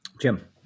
Jim